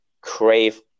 crave